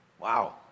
Wow